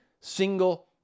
single